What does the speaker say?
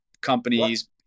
companies